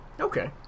Okay